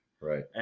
Right